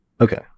Okay